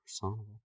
Personable